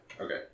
okay